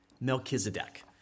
Melchizedek